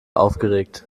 aufgeregt